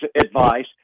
advice